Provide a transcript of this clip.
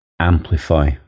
amplify